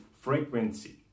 frequency